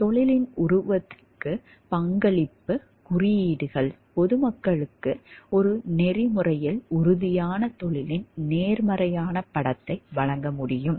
தொழிலின் உருவத்திற்கு பங்களிப்பு குறியீடுகள் பொதுமக்களுக்கு ஒரு நெறிமுறையில் உறுதியான தொழிலின் நேர்மறையான படத்தை வழங்க முடியும்